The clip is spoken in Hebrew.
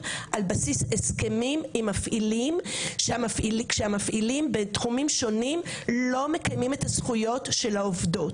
הסכמים עם מפעילים בתחומים שונים שלא מקיימים את הזכויות של העובדות.